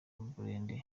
burende